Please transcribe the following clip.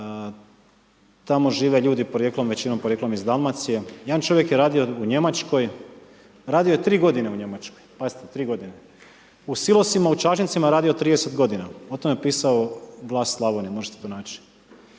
tamo žive ljudi većinom porijeklom iz Dalmacije. Jedan čovjek je radio u Njemačkoj, radio je 3 g. u Njemačkoj, pazite 3 g., u silosima u Čačincima je radio 30 g., o tome je pisao u Glas Slavonije, možete to naći.